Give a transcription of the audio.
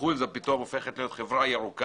בחו"ל היא פתאום הופכת להיות חברה ירוקה